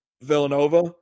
Villanova